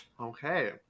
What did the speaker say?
Okay